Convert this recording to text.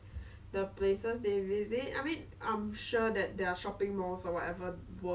and then he just kept like bargain and bargain and bargain until things were so cheap